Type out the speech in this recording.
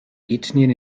ethnien